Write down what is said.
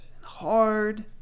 hard